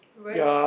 work